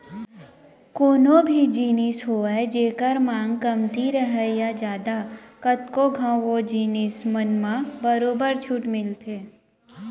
कोनो भी जिनिस होवय जेखर मांग कमती राहय या जादा कतको घंव ओ जिनिस मन म बरोबर छूट मिलथे